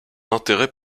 intérêt